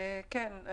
כן.